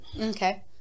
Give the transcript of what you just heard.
okay